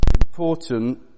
important